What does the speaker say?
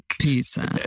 pizza